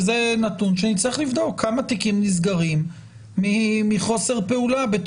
וזה נתון שנצטרך לבדוק כמה תיקים נסגרים מחוסר פעולה.